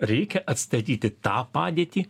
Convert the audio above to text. reikia atstatyti tą padėtį